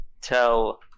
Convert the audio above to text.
tell